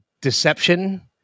deception